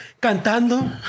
cantando